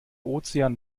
ozean